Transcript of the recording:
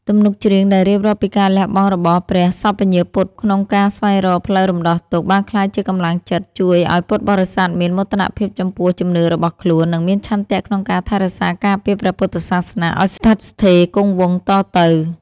ទំនុកច្រៀងដែលរៀបរាប់ពីការលះបង់របស់ព្រះសព្វញ្ញូពុទ្ធក្នុងការស្វែងរកផ្លូវរំដោះទុក្ខ បានក្លាយជាកម្លាំងចិត្តជួយឱ្យពុទ្ធបរិស័ទមានមោទនភាពចំពោះជំនឿរបស់ខ្លួន និងមានឆន្ទៈក្នុងការថែរក្សាការពារព្រះពុទ្ធសាសនាឱ្យស្ថិតស្ថេរគង់វង្សតទៅ។